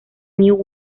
new